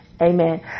amen